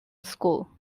school